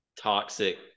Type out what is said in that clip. toxic